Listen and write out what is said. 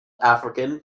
african